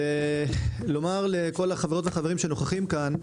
אני רוצה לומר לכל החברות והחברים שנוכחים כאן,